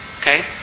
Okay